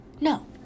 no